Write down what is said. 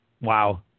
wow